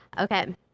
Okay